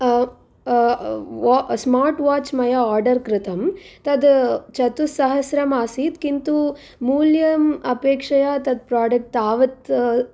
smart watch मया order कृतं तत् चतुस्सहस्रम् आसीत् किन्तु मूल्यम् अपेक्षया तत् प्राडक्ट् तावत्